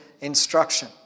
instruction